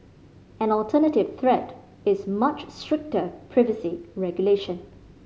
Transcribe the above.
an alternative threat is much stricter privacy regulation